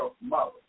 mother